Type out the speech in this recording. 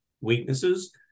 weaknesses